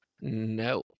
No